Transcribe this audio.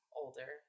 older